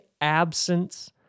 absence